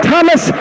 Thomas